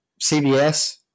CBS